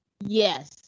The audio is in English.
Yes